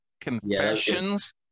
confessions